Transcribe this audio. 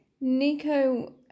Nico